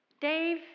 Dave